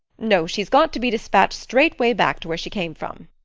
no, she's got to be despatched straight-way back to where she came from.